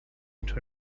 into